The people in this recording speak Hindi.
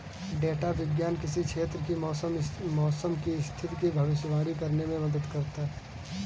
डेटा विज्ञान किसी क्षेत्र की मौसम की स्थिति की भविष्यवाणी करने में मदद करता है